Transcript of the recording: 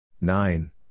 Nine